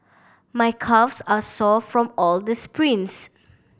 my calves are sore from all the sprints